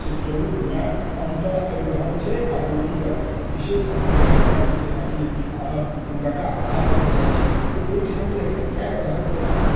से स्वरूप मे अन्तर आबि रहल छै आ बोलीके विशेष हम देखलहुॅं हॅं जेकी जेनाकी आ गंगा कात मे जाइत छी तऽ ओहिठाम जे कए तरहक जेना